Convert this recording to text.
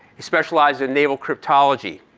he specialized in naval cryptology.